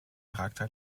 charakter